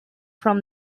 from